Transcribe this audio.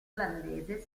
olandese